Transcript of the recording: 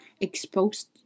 exposed